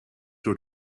door